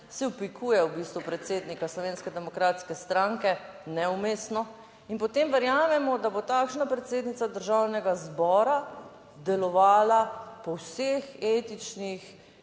v bistvu predsednika Slovenske demokratske stranke, neumestno, in potem verjamemo, da bo takšna predsednica Državnega zbora delovala po vseh etičnih